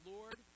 Lord